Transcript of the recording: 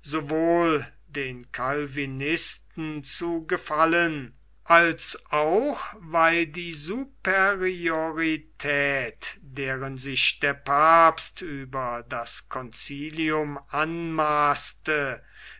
sowohl den calvinisten zu gefallen als auch weil die superiorität deren sich der papst über das concilium anmaßte